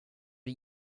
are